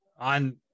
on